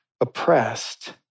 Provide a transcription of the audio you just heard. oppressed